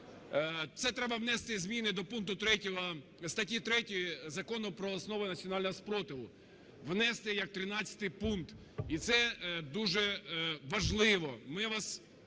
Це треба внести зміни до пункту 3 статті 3 Закону "Про основи національного спротиву", внести як 13 пункт, і це дуже важливо. Я вас